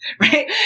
Right